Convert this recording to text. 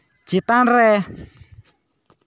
ᱪᱮᱛᱟᱱ ᱨᱮ